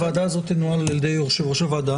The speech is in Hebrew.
הוועדה הזאת תנוהל על ידי יושב-ראש הוועדה.